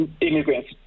immigrants